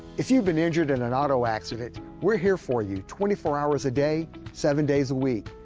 if you've been injured in an auto accident we're here for you twenty four hours a day seven days a week.